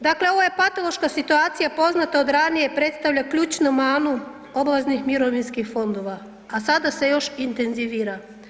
Dakle, ovo je patološka situacija poznata od ranije, predstavlja ključnu manu obaveznih mirovinskih fondova, a sada se još intenzivira.